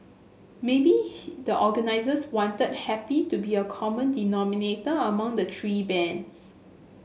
maybe the organisers wanted happy to be a common denominator among the three bands